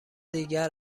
دیگر